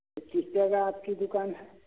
तो किस जगह आपकी दुकान है